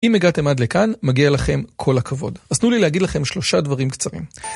אם הגעתם עד לכאן, מגיע לכם כל הכבוד. אז תנו לי להגיד לכם שלושה דברים קצרים.